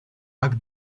акт